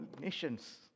nations